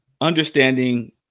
understanding